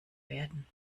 werden